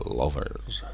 lovers